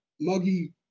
muggy